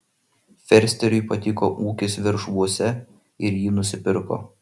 fersteriui patiko ūkis veršvuose ir jį nusipirko